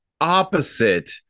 opposite